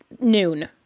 noon